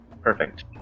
Perfect